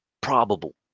probable